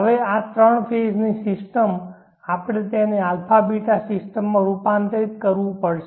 હવે આ ત્રણ ફેઝ ની સિસ્ટમ આપણે તેને α β સિસ્ટમમાં રૂપાંતરિત કરવું પડશે